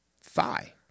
thigh